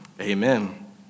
Amen